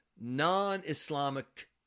non-Islamic